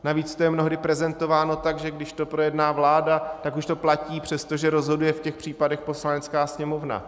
Navíc to je mnohdy prezentováno tak, že když to projedná vláda, tak už to platí, přestože rozhoduje v těch případech Poslanecká sněmovna.